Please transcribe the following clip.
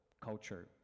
culture